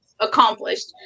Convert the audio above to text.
Accomplished